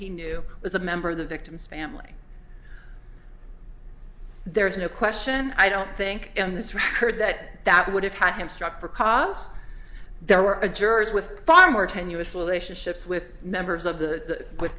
he knew was a member of the victim's family there's no question i don't think in this record that that would have had him struck because there were a jurors with far more tenuous relationship with members of the w